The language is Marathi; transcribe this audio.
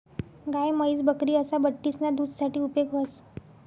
गाय, म्हैस, बकरी असा बठ्ठीसना दूध साठे उपेग व्हस